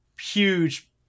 huge